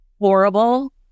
horrible